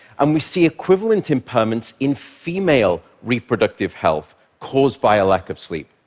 and we see equivalent impairments in female reproductive health caused by a lack of sleep.